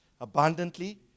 abundantly